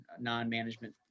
non-management